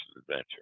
Adventure